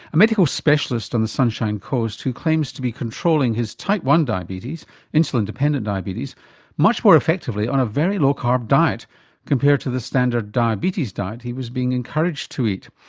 a medical specialist on the sunshine coast who claims to be controlling his type i diabetes insulin dependent diabetes much more effectively on a very low carb diet compared to the standard diabetes diet he was being encouraged to eat.